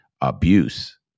abuse